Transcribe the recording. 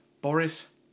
Boris